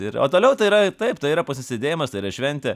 ir o toliau tai yra taip tai yra pasisėdėjimas tai yra šventė